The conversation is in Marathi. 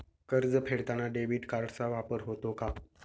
कर्ज फेडताना डेबिट कार्डचा वापर होतो का?